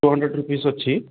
two hundred rupees ଅଛି